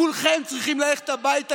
כולכם צריכים ללכת הביתה,